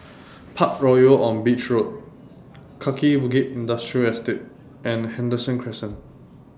Parkroyal on Beach Road Kaki Bukit Industrial Estate and Henderson Crescent